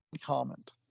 comment